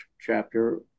chapter